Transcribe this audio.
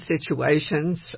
situations